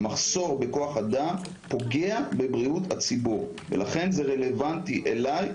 המחסור בכוח אדם פוגע בבריאות הציבור ולכן זה רלוונטי אלי,